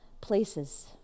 places